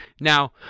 Now